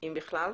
אם בכלל?